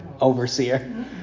overseer